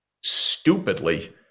stupidly